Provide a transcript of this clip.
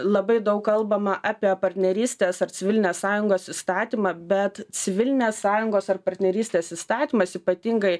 labai daug kalbama apie partnerystės ar civilinės sąjungos įstatymą bet civilinės sąjungos ar partnerystės įstatymas ypatingai